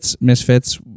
Misfits